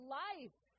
life